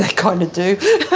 kind of do.